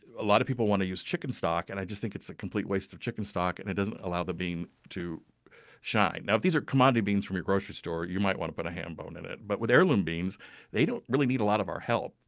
a lot of people want to use chicken stock, and i just think it's a complete waste of chicken stock, and it doesn't allow the bean to shine now, if these are commodity beans at your grocery store, you might want to put a hambone in it, but with heirloom beans they don't really need a lot of our help.